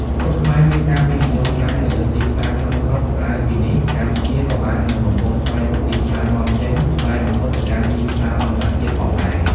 មង្ឃុតខ្មែរមានការពេញនិយមខ្លាំងនៅលើទីផ្សារក្នុងស្រុក ក្រៅពីនេះ កម្ពុជាក៏បាននិងកំពុងស្វែងរកទីផ្សារនាំចេញផ្លែមង្ឃុតទៅកាន់ទីផ្សារអន្តរជាតិផងដែរ។